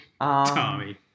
Tommy